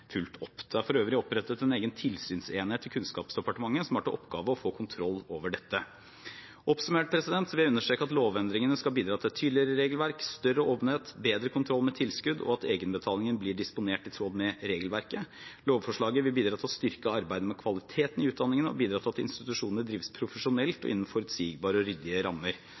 fulgt opp. Det er for øvrig opprettet en egen tilsynsenhet i Kunnskapsdepartementet som har til oppgave å få kontroll over dette. Oppsummert vil jeg understreke at lovendringene skal bidra til et tydeligere regelverk, større åpenhet, bedre kontroll med tilskudd og at egenbetalingen blir disponert i tråd med regelverket. Lovforslaget vil bidra til å styrke arbeidet med kvaliteten i utdanningen, og bidra til at institusjonene drives profesjonelt og innen forutsigbare og ryddige rammer.